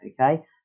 okay